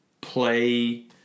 play